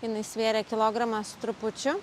jinai svėrė kilogramą su trupučiu